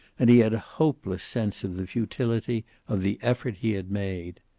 and he had a hopeless sense of the futility of the effort he had made.